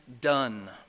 done